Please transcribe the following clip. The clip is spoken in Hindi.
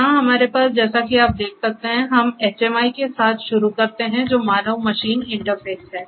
यहां हमारे पास जैसा कि आप देख सकते हैं हम एचएमआई के साथ शुरू करते हैं जो मानव मशीन इंटरफ़ेस है